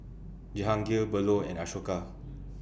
Jehangirr Bellur and Ashoka